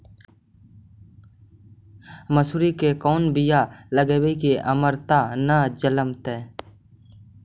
मसुरी के कोन बियाह लगइबै की अमरता न जलमतइ?